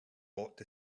bought